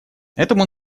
этому